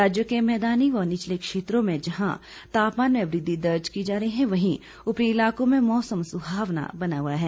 राज्य के मैदानी व निचले क्षेत्रों में जहां तापमान में वृद्धि दर्ज की जा रही है वहीं उपरी इलाकों में मौसम सुहावना बना हुआ है